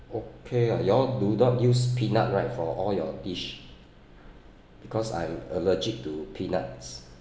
okay lah you all do not use peanut right for all your dish because I'm allergic to peanuts